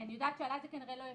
אני יודעת שעלי זה כנראה לא ישפיע,